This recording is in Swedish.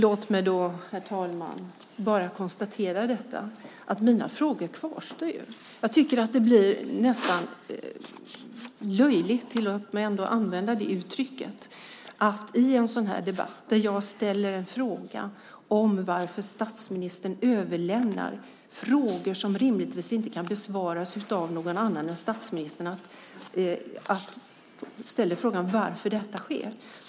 Herr talman! Låt mig konstatera att mina frågor kvarstår. Jag tycker att det blir nästan löjligt - låt mig använda det ordet - att jag i en debatt, där jag ställer en fråga om varför statsministern överlämnar frågor som rimligtvis inte kan besvaras av någon annan än statsministern, får till svar två saker.